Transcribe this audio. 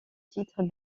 titre